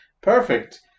perfect